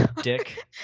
Dick